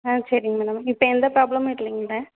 ஆ சரிங்க மேடம் இப்போ எந்த ப்ராப்ளமும் இல்லைங்கில்ல